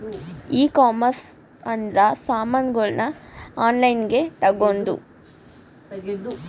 ಈ ಕಾಮರ್ಸ್ ಅಂದ್ರ ಸಾಮಾನಗಳ್ನ ಆನ್ಲೈನ್ ಗ ತಗೊಂದು